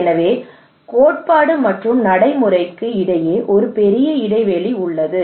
எனவே கோட்பாடு மற்றும் நடைமுறைக்கு இடையே ஒரு பெரிய இடைவெளி உள்ளது